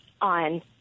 on